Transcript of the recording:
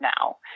now